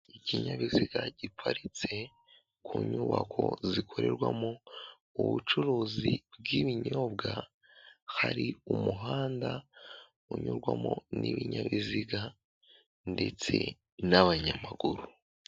Ikinyabiziga giparitse ku nyubako zikorerwamo ubucuruzi bw'ibinyobwa, hari umuhanda unyurwamo n'ibinyabiziga ndetse n'abanyamaguru.